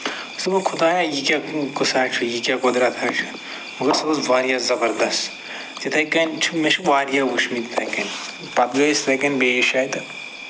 سُہ گوٚو خدایا یہِ کیٛاہ قٕصا چھُ یہِ کیٛاہ قۄدرَتا چھُ مَگر سۅ ٲس واریاہ زَبردس یِتھٕے کٔنۍ چھُ مےٚ چھُ واریاہ وُچھمٕتۍ یِتھٕے کٔنۍ پَتہٕ گٔے أسۍ یِتھٕے کٔنۍ بیٚیہِ شاید